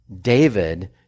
David